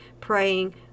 praying